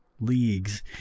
leagues